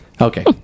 Okay